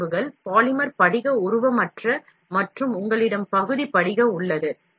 பொருள் பண்புகள் பாலிமர் படிக உருவமற்ற மற்றும் உங்களிடம் பகுதி படிக உள்ளது